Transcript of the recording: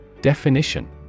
Definition